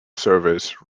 service